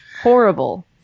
horrible